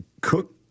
cook